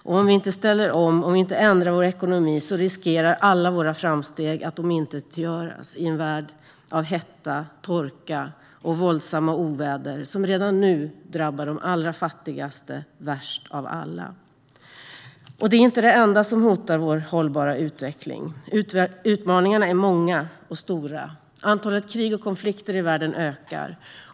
Om vi inte ställer om och ändrar vår ekonomi riskerar alla våra framsteg att omintetgöras i en värld av hetta, torka och våldsamma oväder, som redan nu drabbar de allra fattigaste värst av alla. Men det är inte det enda som hotar vår hållbara utveckling. Utmaningarna är många och stora. Antalet krig och konflikter i världen ökar.